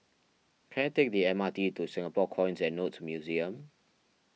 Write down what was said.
can I take the M R T to Singapore Coins and Notes Museum